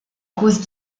cause